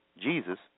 Jesus